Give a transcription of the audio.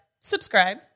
subscribe